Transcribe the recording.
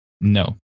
No